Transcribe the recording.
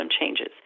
changes